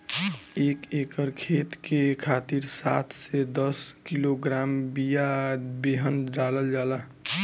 एक एकर खेत के खातिर सात से दस किलोग्राम बिया बेहन डालल जाला?